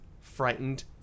frightened